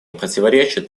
противоречит